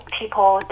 people